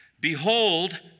Behold